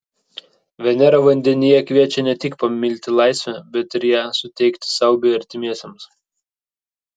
venera vandenyje kviečia ne tik pamilti laisvę bet ir ją suteikti sau bei artimiesiems